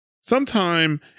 Sometime